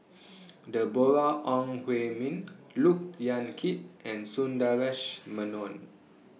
Deborah Ong Hui Min Look Yan Kit and Sundaresh Menon